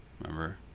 remember